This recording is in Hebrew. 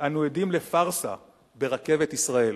אנו עדים לפארסה ברכבת ישראל.